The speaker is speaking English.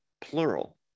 plural